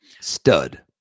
stud